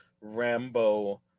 Rambo